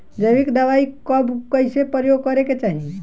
जैविक दवाई कब कैसे प्रयोग करे के चाही?